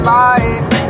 life